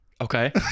okay